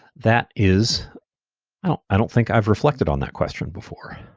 that is i don't i don't think i've reflected on that question before.